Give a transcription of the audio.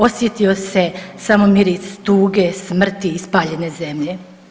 Osjetio se samo miris tuge, smrti i spaljene zemlje.